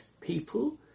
people